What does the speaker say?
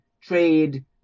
trade